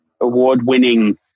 award-winning